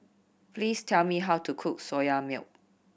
please tell me how to cook Soya Milk